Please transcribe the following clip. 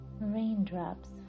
Raindrops